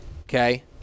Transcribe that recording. Okay